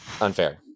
Unfair